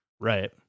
Right